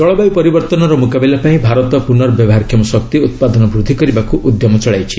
ଜଳବାୟୁ ପରିବର୍ତ୍ତନର ମୁକାବିଲା ପାଇଁ ଭାରତ ପୁନର୍ବ୍ୟବହାରକ୍ଷମ ଶକ୍ତି ଉତ୍ପାଦନ ବୃଦ୍ଧି କରିବାକୁ ଉଦ୍ୟମ ଚଳାଇଛି